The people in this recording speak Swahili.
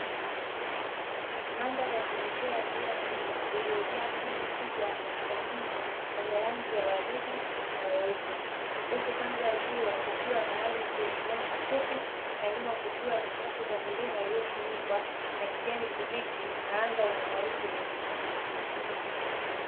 Mandhari ya kuvutia ya ziwa kubwa lililojaa kundi kubwa la flamingo wenye rangi ya waridi na weupe, huku kando ya ziwa kukiwa na ardhi yenye nyasi fupi na nyuma kukiwa na safu za milima iliyofunikwa na kijani kibichi na anga yenye mawingu meupe.